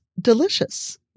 delicious